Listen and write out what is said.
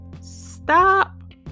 stop